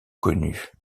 connue